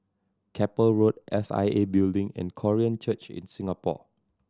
Keppel Road S I A Building and Korean Church in Singapore